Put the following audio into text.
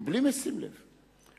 מבלי לשים לב,